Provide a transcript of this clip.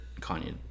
kanye